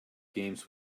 games